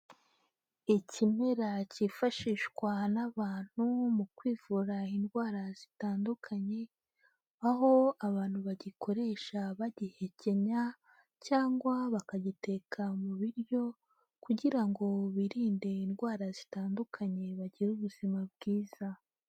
Ikimera cyifashishwa n'abantu mu kwivura indwara zitandukanye, aho abantu bagikoresha bagihekenya, cyangwa bakagiteka mu biryo kugira ngo birinde indwara zitandukanye bagire ubuzima bwiza.